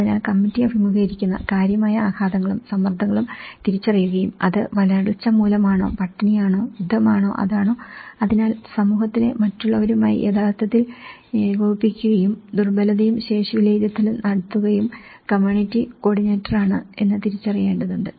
അതിനാൽ കമ്മിറ്റി അഭിമുഖീകരിക്കുന്ന കാര്യമായ ആഘാതങ്ങളും സമ്മർദങ്ങളും തിരിച്ചറിയുകയും അത് വരൾച്ച മൂലമാണോ പട്ടിണിയാണോ യുദ്ധമാണോ അതാണോ അതിനാൽ സമൂഹത്തിലെ മറ്റുള്ളവരുമായി യഥാർത്ഥത്തിൽ ഏകോപിപ്പിക്കുകയും ദുർബലതയും ശേഷി വിലയിരുത്തലും നടത്തുന്നതും കമ്മ്യൂണിറ്റി കോർഡിനേറ്ററാണ് എന്ന് തിരിച്ചറിയേണ്ടതുണ്ട്